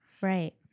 Right